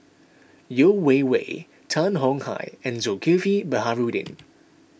Yeo Wei Wei Tan Tong Hye and Zulkifli Baharudin